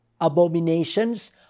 abominations